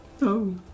No